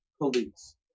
police